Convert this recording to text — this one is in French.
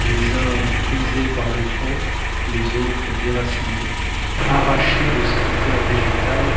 les uns brisés par le tronc les autres déracinés arrachés de cette terre végétale